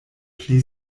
pli